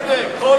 זה צדק.